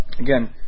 Again